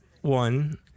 one